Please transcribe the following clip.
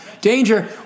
Danger